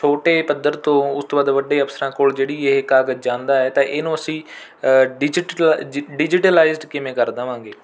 ਛੋਟੇ ਪੱਧਰ ਤੋਂ ਉਸ ਤੋਂ ਬਾਅਦ ਵੱਡੇ ਅਫ਼ਸਰਾਂ ਕੋਲ ਜਿਹੜੀ ਇਹ ਕਾਗਜ਼ ਜਾਂਦਾ ਹੈ ਤਾਂ ਇਹਨੂੰ ਅਸੀਂ ਡਿਜ਼ੀਟ ਜੀ ਡਿਜੀਟਲਾਈਸਡ ਕਿਵੇਂ ਕਰ ਦਵਾਂਗੇ